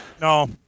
No